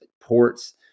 ports